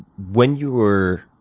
when you were